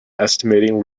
estimating